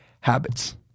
habits